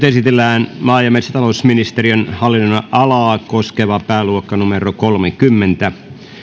esitellään maa ja metsätalousministeriön hallinnonalaa koskeva pääluokka kolmekymmentä